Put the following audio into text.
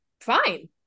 fine